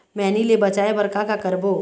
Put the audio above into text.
मैनी ले बचाए बर का का करबो?